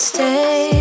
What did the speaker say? Stay